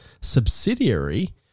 subsidiary